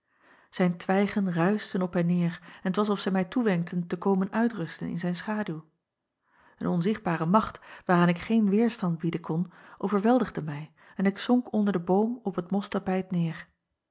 ijn twijgen ruischten op en neêr en t was of zij mij toewenkten te komen uitrusten in zijn schaduw en onzichtbare macht waaraan ik geen weêrstand bieden kon overweldigde mij en ik zonk onder den boom op het moschtapijt neêr